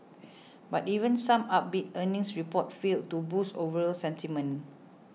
but even some upbeat earnings reports failed to boost overall sentiment